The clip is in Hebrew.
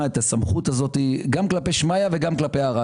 את הסמכות הזאת גם כלפי שמיא וגם כלפי ארעא,